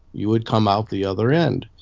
you would come out the other end.